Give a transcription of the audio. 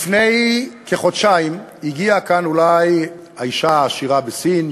לפני כחודשיים הגיעה לכאן האישה העשירה בסין,